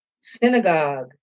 synagogue